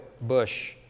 Bush